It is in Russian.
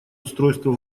устройство